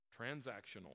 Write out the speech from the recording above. transactional